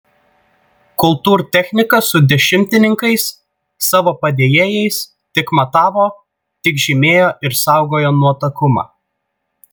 kultūrtechnikas su dešimtininkais savo padėjėjais tik matavo tik žymėjo ir saugojo nuotakumą